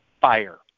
fire